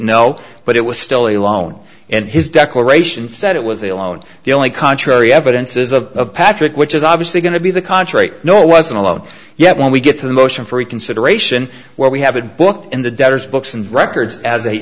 no but it was still a loan and his declaration said it was a loan the only contrary evidence is of patrick which is obviously going to be the contrary nor was it alone yet when we get to the motion for reconsideration where we have a book in the debtors books and records as a